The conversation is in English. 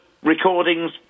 recordings